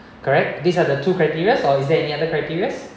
correct these are the two criterias or is there any other criterias